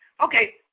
Okay